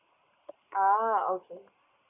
ah okay